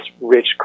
rich